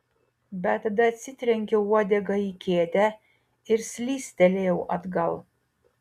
bet tada atsitrenkiau uodega į kėdę ir slystelėjau atgal